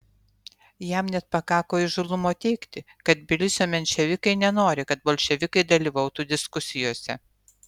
jam net pakako įžūlumo teigti kad tbilisio menševikai nenori kad bolševikai dalyvautų diskusijose